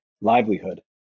livelihood